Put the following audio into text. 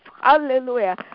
Hallelujah